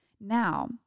Now